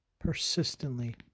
persistently